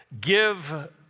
give